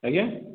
ଆଜ୍ଞା